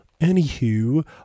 Anywho